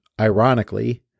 ironically